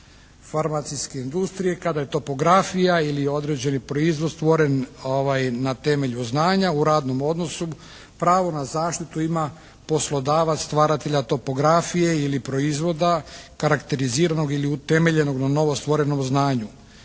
farmacijske industrije kada je topografija ili određeni proizvod stvoren na temelju znanja u radnom odnosu pravo na zaštitu ima poslodavac stvaratelja topografije ili proizvoda karakteriziranog ili utemeljenog na novo stvorenom znanju.